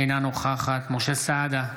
אינה נוכחת משה סעדה,